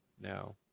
No